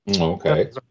Okay